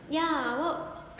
ya what